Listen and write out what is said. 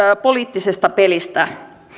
poliittisesta pelistä